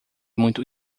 muito